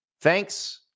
thanks